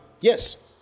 Yes